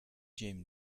jim